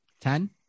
Ten